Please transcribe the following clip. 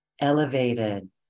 elevated